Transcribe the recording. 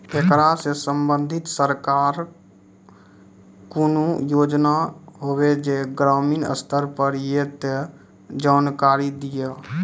ऐकरा सऽ संबंधित सरकारक कूनू योजना होवे जे ग्रामीण स्तर पर ये तऽ जानकारी दियो?